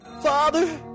Father